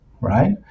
right